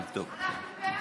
אבל אנחנו בעד.